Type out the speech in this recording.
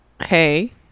Hey